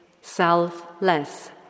selfless